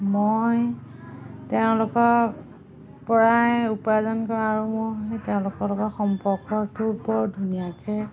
মই তেওঁলোকৰপৰাই উপাৰ্জন কৰোঁ আৰু মোৰ সেই তেওঁলোকৰ লগত সম্পৰ্কটো বৰ ধুনীয়াকৈ